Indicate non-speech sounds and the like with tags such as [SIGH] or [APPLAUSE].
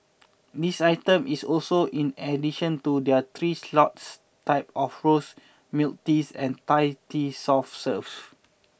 this item is also in addition to their three [UNINTELLIGIBLE] type of rose milk teas and Thai tea soft serves